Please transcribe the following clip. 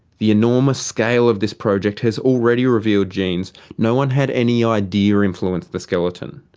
the enormous scale of this project has already revealed genes no one had any idea influenced the skeleton.